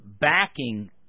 backing